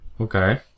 Okay